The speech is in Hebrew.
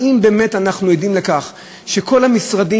האם באמת אנחנו עדים לכך שכל המשרדים